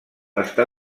està